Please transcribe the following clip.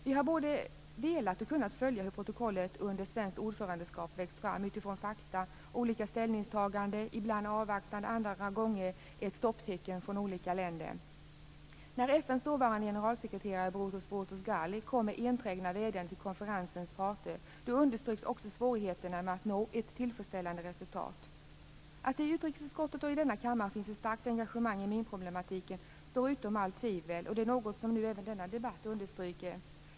Vi har både velat och kunnat följa hur protokollet under svenskt ordförandeskap har växt fram med utgångspunkt i fakta, olika ställningstaganden - ibland avvaktande, andra gånger ett stopptecken från olika länder. När FN:s dåvarande generalsekreterare Boutros Boutros Ghali kom med enträgna vädjanden till konferensens parter, underströks också svårigheterna med att nå ett tillfredsställande resultat. Det står utom allt tvivel att det i utrikesutskottet och i denna kammare finns ett starkt engagemang i minproblemen. Det är något som även denna debatt understryker.